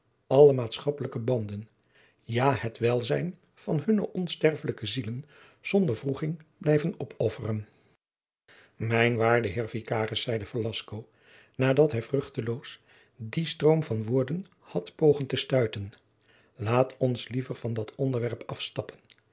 alle maatschappelijke banden ja het welzijn van hunne onsterfelijke zielen zonder wroeging blijven opofferen mijn waarde heer vicaris zeide velasco nadat hij vruchteloos dien stroom van woorden had pogen te stuiten laat ons liever van dat onderwerp afstappen